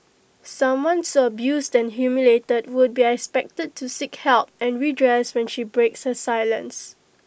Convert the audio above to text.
someone so abused and humiliated would be expected to seek help and redress when she breaks her silence